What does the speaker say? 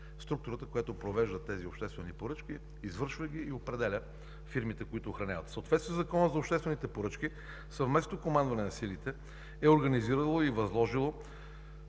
структурата, която провежда тези обществени поръчки, извършва ги и определя фирмите, които охраняват. В съответствие със Закона за обществените поръчки Съвместното командване на силите е организирало и възложило